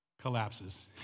collapses